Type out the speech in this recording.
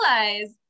realize